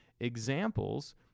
examples